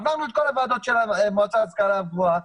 עברנו את כל הוועדות של המועצה להשכלה גבוהה,